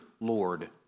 Lord